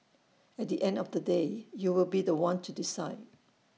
at the end of the day you will be The One to decide